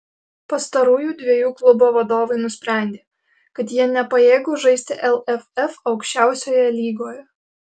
pastarųjų dviejų klubo vadovai nusprendė kad jie nepajėgūs žaisti lff aukščiausioje lygoje